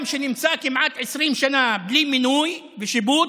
שנמצא כמעט 20 שנה בלי מינוי ושיבוץ,